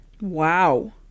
Wow